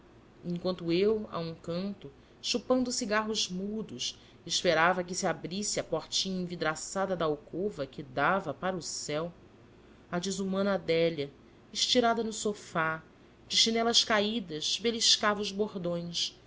enquanto eu a um canto chupando cigarros mudos esperava que se abrisse a portinha envidraçada da alcova que dava para o céu a desumana adélia estirada no sofá de chinelas caídas beliscava os bordões